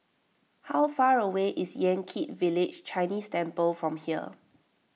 how far away is Yan Kit Village Chinese Temple from here